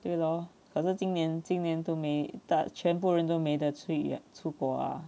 对 lor 可是今年今年都没大全部人都没得去呀出国